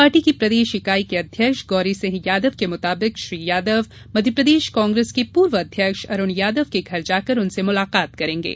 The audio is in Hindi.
पार्टी की प्रदेश इकाई के अध्यक्ष गौरी सिंह यादव के मुताबिक श्री यादव मध्यप्रदेश कांग्रेस की इकाई के पूर्व अध्यक्ष अरुण यादव के घर जाकर उनसे मुलाकात करेंगे